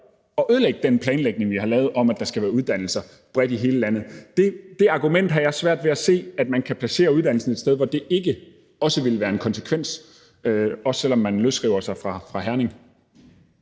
at ødelægge den planlægning, vi har lavet, om, at der skal være uddannelser bredt i hele landet. Med det argument har jeg svært ved at se, at man kan placere uddannelsen et sted, hvor det ikke også ville være en konsekvens, også selv om man løsriver sig fra Herning.